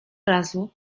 razu